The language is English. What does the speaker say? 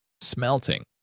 Smelting